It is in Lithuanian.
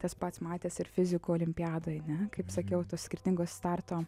tas pats matėsi ir fizikų olimpiadoj ne kaip sakiau tos skirtingos starto